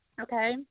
okay